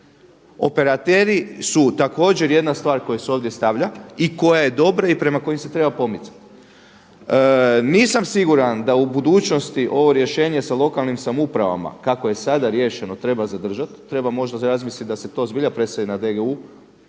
Operateri su također jedna stvar koja se ovdje stavlja i koja je dobra i prema kojim se treba pomicati. Nisam siguran da u budućnosti ovo rješenje sa lokalnim samoupravama kako je sada riješeno treba zadržati. Treba možda razmisliti da se to zbilja preseli na DGU,